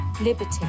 liberty